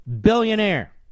billionaire